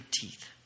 teeth